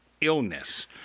illness